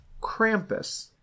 Krampus